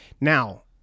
Now